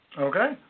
Okay